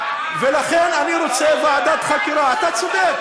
אתה צודק.